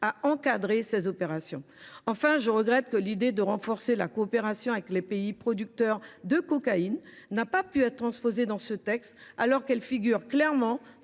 a encadré ces opérations. Enfin, je regrette que l’idée de renforcer la coopération avec les pays producteurs de cocaïne n’ait pas pu être transposée dans ce texte, alors qu’elle figure clairement